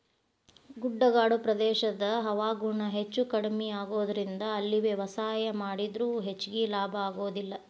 ಗುಡ್ಡಗಾಡು ಪ್ರದೇಶದ ಹವಾಗುಣ ಹೆಚ್ಚುಕಡಿಮಿ ಆಗೋದರಿಂದ ಅಲ್ಲಿ ವ್ಯವಸಾಯ ಮಾಡಿದ್ರು ಹೆಚ್ಚಗಿ ಲಾಭ ಸಿಗೋದಿಲ್ಲ